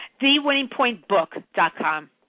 Thewinningpointbook.com